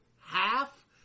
half